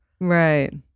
Right